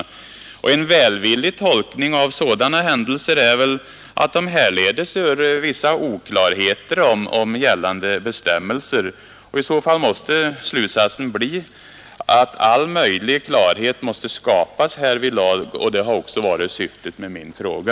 En välvillig tolkning av sådana händelser är väl att de härledes från vissa oklarheter i fråga om gällande bestämmelser. I så fall måste slutsatsen bli att all möjlig klarhet därvidlag måste skapas, och det har också varit syftet med min fråga.